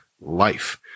life